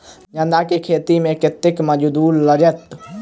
गेंदा केँ खेती मे कतेक मजदूरी लगतैक?